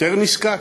יותר נזקק?